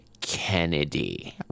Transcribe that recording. Kennedy